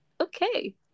okay